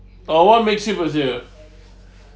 oh what makes it persevere